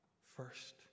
first